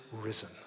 risen